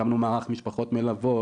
הקמנו מערך משפחות מלוות,